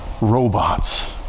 Robots